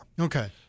Okay